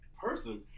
person